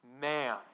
man